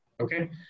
okay